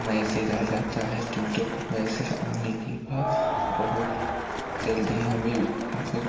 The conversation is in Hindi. मैसेज आ जाता है ट्विटर मैसेज आने के बाद बहुत जल्दी हमें मतलब